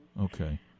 Okay